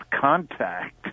Contact